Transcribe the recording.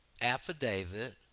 affidavit